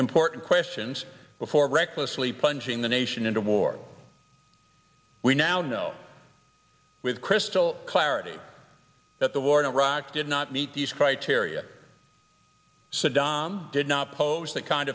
important questions before recklessly plunging the nation into war we now know with crystal clarity that the war in iraq did not meet these criteria saddam did not pose the kind